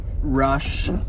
rush